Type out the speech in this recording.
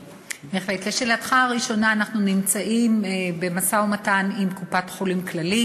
ושם עלתה היוזמה של בית-החולים סורוקה ל-20